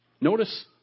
Notice